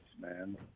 man